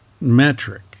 metric